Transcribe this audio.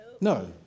No